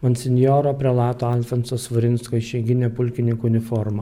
monsinjoro prelato alfonso svarinsko išeiginė pulkininko uniforma